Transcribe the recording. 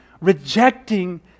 rejecting